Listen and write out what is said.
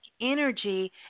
energy